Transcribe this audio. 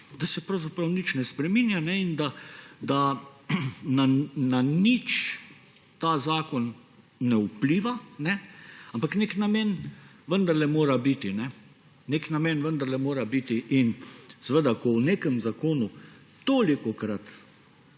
da se pravzaprav nič ne spreminja in da na nič ta zakon ne vpliva, ampak nek namen vendarle mora biti. Nek namen vendarle mora biti. Ko v nekem zakonu tolikokrat